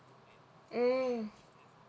mm